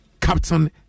Captain